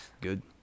Good